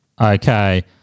Okay